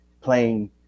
playing